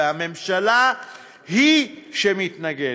והממשלה היא שמתנגדת.